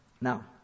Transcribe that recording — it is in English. Now